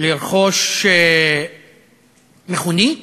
לרכוש מכונית,